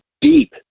deep